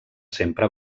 sempre